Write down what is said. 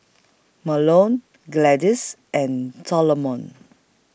Mahlon Gladys and Solomon